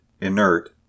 inert